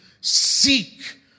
Seek